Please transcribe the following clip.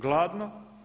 Gladno!